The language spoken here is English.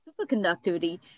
superconductivity